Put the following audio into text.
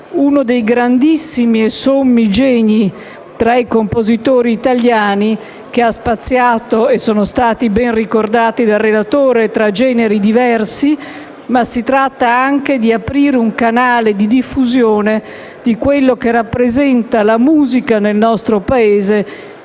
uno dei grandissimi e sommi geni tra i compositori italiani, che ha spaziato - come ben ricordato dal relatore - tra generi diversi, ma anche di aprire un canale di diffusione di quello che rappresenta la musica nel nostro Paese.